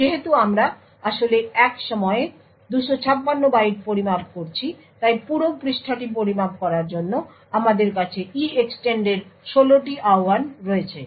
যেহেতু আমরা আসলে এক সময়ে 256 বাইট পরিমাপ করছি তাই পুরো পৃষ্ঠাটি পরিমাপ করার জন্য আমাদের কাছে EEXTEND এর 16টি আহ্বান রয়েছে